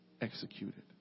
executed